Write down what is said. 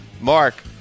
Mark